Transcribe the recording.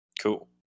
Cool